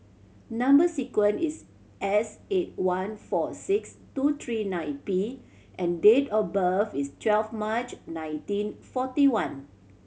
number sequence is S eight one four six two three nine P and date of birth is twelve March nineteen forty one